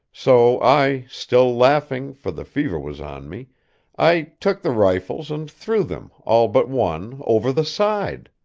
so i, still laughing, for the fever was on me i took the rifles and threw them, all but one, over the side.